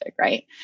right